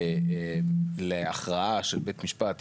אלה אמורות להיות פעולות פשוטות.